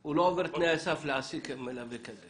הוא לא עובר תנאי סף להעסיק מלווה כזה